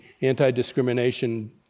anti-discrimination